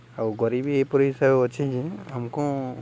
ଆଉ ଗରିବୀ ଏପରି ହିସାବେ ଅଛେ ଯେ ଆମ୍କୁ